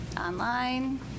online